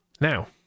now